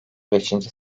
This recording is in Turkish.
beşinci